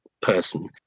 person